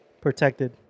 protected